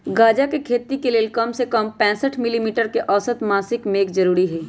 गजा के खेती के लेल कम से कम पैंसठ मिली मीटर के औसत मासिक मेघ जरूरी हई